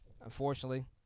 unfortunately